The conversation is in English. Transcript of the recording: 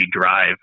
drive